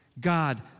God